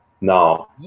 Now